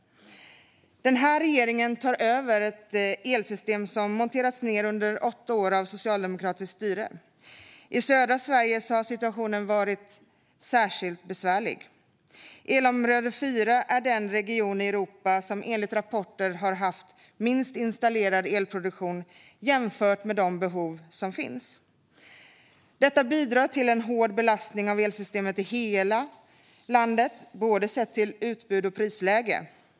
Den här regeringen tar över ett elsystem som har monterats ned under åtta år av socialdemokratiskt styre. I södra Sverige har situationen varit särskilt besvärlig. Elområde 4 är den region i Europa som enligt rapporter har haft minst installerad elproduktion jämfört med de behov som finns. Detta bidrar till en hård belastning av elsystemet i hela landet sett till både utbud och prisläge.